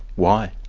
why?